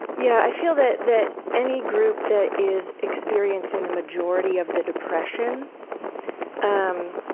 yeah, i feel that that any group that is experiencing the majority of the depression um